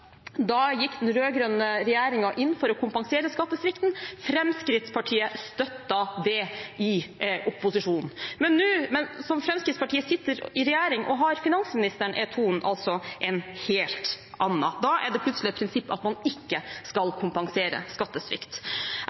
Da gikk den rød-grønne regjeringen inn for å kompensere skattesvikten. Fremskrittspartiet støttet det i opposisjon. Men nå som Fremskrittspartiet sitter i regjering og har finansministeren, er tonen altså en helt annen. Da er det plutselig et prinsipp at man ikke skal kompensere skattesvikt.